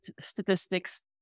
statistics